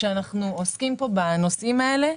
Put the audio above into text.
כשאנחנו עוסקים פה בנושאים האלה,